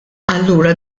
allura